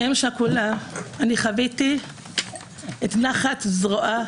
כאם שכולה אני חוויתי את נחת זרועו